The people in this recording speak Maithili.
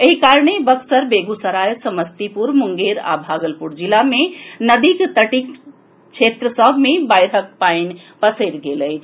एहि कारणे बक्सर बेगूसराय समस्तीपुर मुंगेर आ भागलपुर जिला मे नदीक तटीय क्षेत्र सभ मे बाढ़िक पानी पसरि गेल अछि